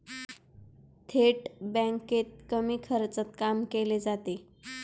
थेट बँकेत कमी खर्चात काम केले जाते